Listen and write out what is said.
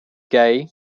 gay